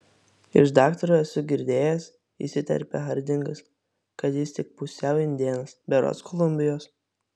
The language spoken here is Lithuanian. iš daktaro esu girdėjęs įsiterpia hardingas kad jis tik pusiau indėnas berods kolumbijos